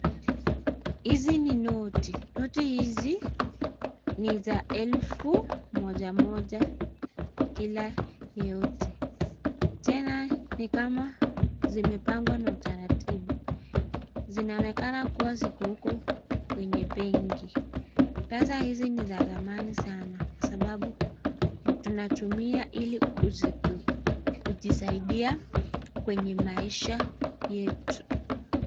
Hizi ni noti. Noti hizi ni za elfu moja moja kila yote. Tena ni kama zimepangwa na utaratibu. Zinaonekana kuwa ziko huko kwenye benki. Pesa hizi ni za dhamani sana kwa sababu tunatumia ili kujisaidia kwenye maisha yetu.